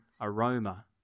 aroma